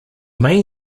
main